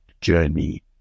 journey